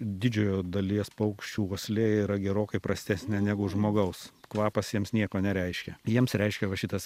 didžiojo dalies paukščių uoslė yra gerokai prastesnė negu žmogaus kvapas jiems nieko nereiškia jiems reiškia va šitas